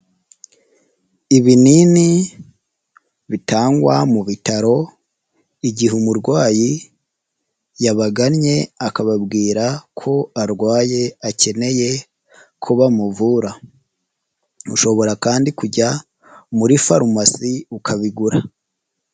Ibinini bitangwa mu bitaro, igihe umurwayi yabagannye akababwira ko arwaye, akeneye ko bamuvura. Ushobora kandi kujya muri farumasi ukabigura.